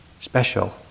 special